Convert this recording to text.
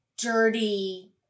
dirty